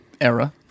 era